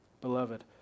Beloved